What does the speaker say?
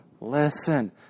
listen